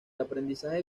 aprendizaje